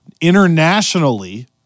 internationally